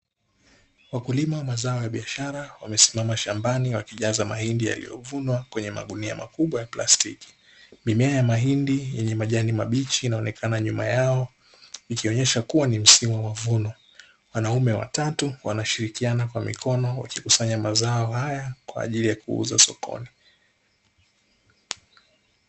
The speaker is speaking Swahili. Wakulima wa mazao ya biashara wamesimama shambani, wakijaza mahindi yaliyovunwa kwenye magunia makubwa ya plastiki, mimea ya mahindi yenye majani mabichi inaonekana nyuma yao ikionyesha kuwa ni msimu wa mavuno. Wanaume watatu wanashirikiana kwa mikono wakikusanya mazao haya kwa ajili ya kuuza sokoni.